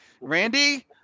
Randy